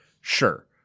sure